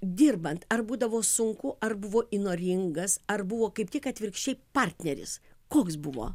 dirbant ar būdavo sunku ar buvo įnoringas ar buvo kaip tik atvirkščiai partneris koks buvo